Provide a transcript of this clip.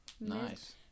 Nice